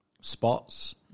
spots